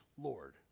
Lord